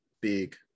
big